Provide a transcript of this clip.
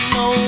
no